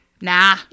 nah